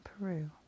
Peru